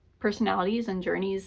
personalities and journeys